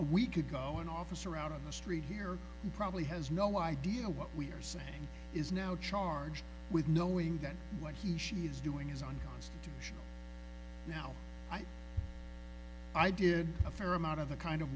a week ago an officer out on the street here probably has no idea what we are saying is now charged with knowing that what he she is doing is unconstitutional now i did a fair amount of the kind of